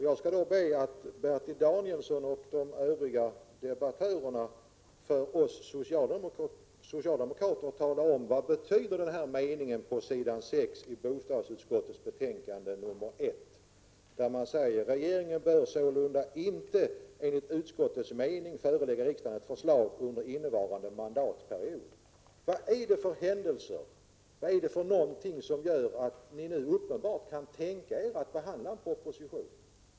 Jag ber Bertil Danielsson och de övriga debattörerna tala om för oss socialdemokrater vad meningen på s. 6 i bostadsutskottets betänkande nr 1 betyder: ”Regeringen bör sålunda inte enligt utskottets mening förelägga riksdagen ett förslag under innevarande mandatperiod.” Vad är det som har hänt som gör att ni uppenbarligen kan tänka er att behandla propositionen?